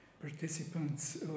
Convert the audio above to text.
participants